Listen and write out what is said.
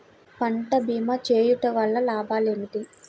పంట భీమా చేయుటవల్ల లాభాలు ఏమిటి?